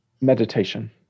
meditation